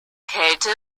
kälte